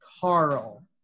Carl